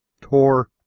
tore